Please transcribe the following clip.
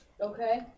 Okay